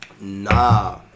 Nah